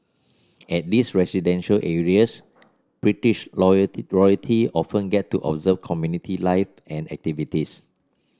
at these residential areas British royalty often get to observe community life and activities